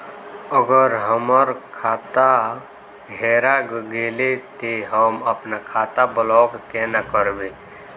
अगर हमर खाता हेरा गेले ते हम अपन खाता ब्लॉक केना करबे?